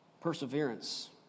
Perseverance